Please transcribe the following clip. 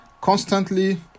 constantly